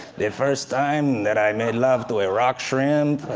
the first time that i made love to a rock shrimp